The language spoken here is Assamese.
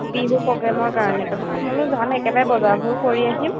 বিহু প্ৰগ্ৰেমৰ কাৰণে তাৰপিছত মই বোলো যাম একেবাৰে বজাৰবোৰ কৰি আহিম